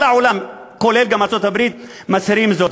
כל העולם, כולל גם ארצות-הברית, מצהיר זאת.